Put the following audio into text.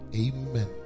Amen